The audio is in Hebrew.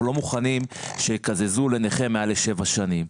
אנחנו לא מוכנים שיקזזו לנכה מעל לשבע שנים.